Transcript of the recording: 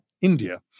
India